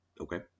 okay